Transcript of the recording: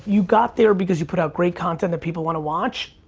you got there because you put out great content that people wanna watch.